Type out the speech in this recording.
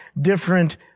different